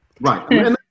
Right